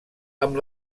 amb